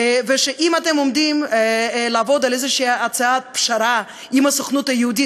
ואם אתם עומדים לעבוד על איזו הצעת פשרה עם הסוכנות היהודית,